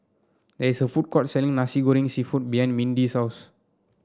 there is a food court selling Nasi Goreng seafood behind Mindi's house